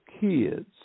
kids